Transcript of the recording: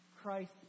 Christ